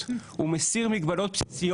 ישנה נטייה גוברת להתערב.